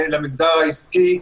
למגזר העסקי.